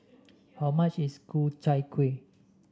how much is Ku Chai Kueh